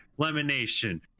Lemonation